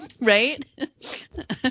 Right